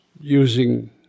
using